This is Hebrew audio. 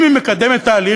אם היא מקדמת תהליך,